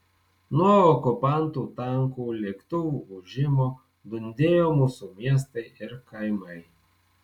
nuo okupantų tankų lėktuvų ūžimo dundėjo mūsų miestai ir kaimai